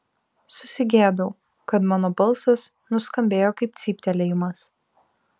susigėdau kad mano balsas nuskambėjo kaip cyptelėjimas